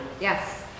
Yes